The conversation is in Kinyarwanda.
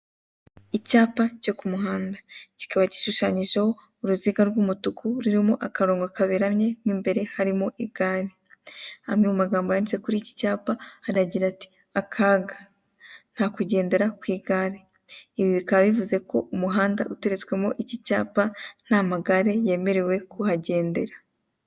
Icyapa cyo ku muhanda, kikaba gishushanyijeho uruziga rw'umutuku rurimo akarongo kaberamye mw'imbere hari igare. Amwe mu magambo yanditse kuri ik'icyapa aragira ati ''Akaga ntakugendera kw'igare'' ibi bikaba bivuze ko umuhanda uteretswemo ik'icyapa nta gare yemeye kuhangendera.